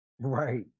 right